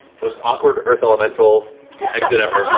most awkward earth elemental exit ever.